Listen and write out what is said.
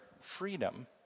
freedom